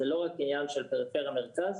זה לא רק עניין של פריפריה או מרכז,